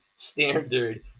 Standard